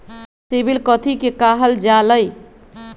CIBIL कथि के काहल जा लई?